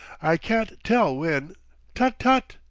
i can't tell when tut, tut!